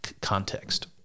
context